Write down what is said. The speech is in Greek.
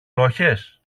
λόγχες